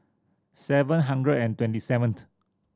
seven hundred and twenty seventh